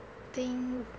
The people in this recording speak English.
think